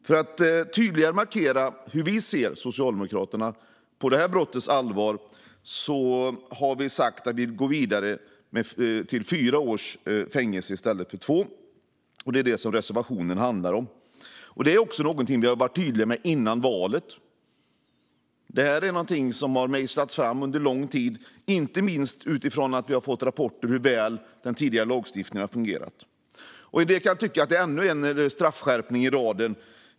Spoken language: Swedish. För att tydligare markera hur vi i Socialdemokraterna ser på brottets allvar har vi sagt att vi vill gå vidare till fyra års fängelse i stället för två. Det är vad reservationen handlar om. Det är också någonting som vi har varit tydliga med innan valet. Det är någonting som har mejslats fram under lång tid, inte minst utifrån att vi fått rapporter om hur väl den tidigare lagstiftningen har fungerat En del kan tycka att det är ännu en straffskärpning i raden.